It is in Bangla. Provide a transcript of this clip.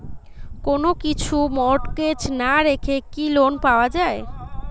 কোন কিছু মর্টগেজ না রেখে কি লোন পাওয়া য়ায়?